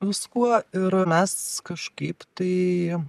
viskuo ir mes kažkaip tai